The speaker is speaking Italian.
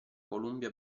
columbia